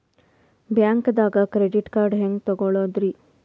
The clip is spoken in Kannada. ಬ್ಯಾಂಕ್ದಾಗ ಕ್ರೆಡಿಟ್ ಕಾರ್ಡ್ ಹೆಂಗ್ ತಗೊಳದ್ರಿ?